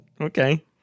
Okay